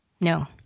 No